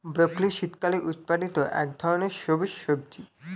broccoli শীতকালে উৎপাদিত এক ধরনের সবুজ সবজি